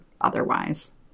otherwise